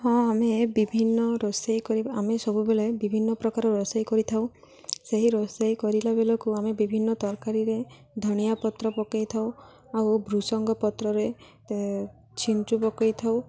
ହଁ ଆମେ ବିଭିନ୍ନ ରୋଷେଇ କରି ଆମେ ସବୁବେଳେ ବିଭିନ୍ନ ପ୍ରକାର ରୋଷେଇ କରି ଥାଉ ସେହି ରୋଷେଇ କରିଲା ବେଳକୁ ଆମେ ବିଭିନ୍ନ ତରକାରୀରେ ଧନିଆ ପତ୍ର ପକାଇଥାଉ ଆଉ ଭୃସଙ୍ଗ ପତ୍ରରେ ଛିଞ୍ଚି ପକାଇଥାଉ